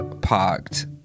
parked